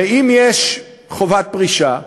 אם יש חובת פרישה,